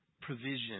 provision